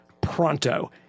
pronto